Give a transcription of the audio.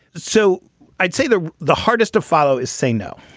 so i'd say the the hardest to follow is say no.